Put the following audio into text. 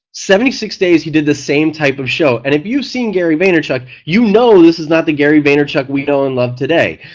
seventy six days he did the same type of show and if you have seen gary vaynerchuk you know this is not the gary vaynerchuk we know and love today.